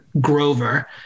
Grover